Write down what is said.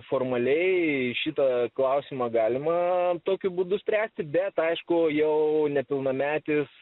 formaliai šitą klausimą galima tokiu būdu spręsti bet aišku jau nepilnametis